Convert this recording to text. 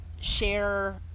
share